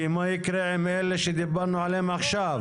כי מה ייקרה עם אלה שדיברנו עליהם עכשיו?